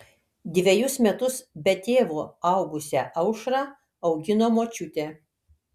dvejus metus be tėvo augusią aušrą augino močiutė